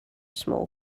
small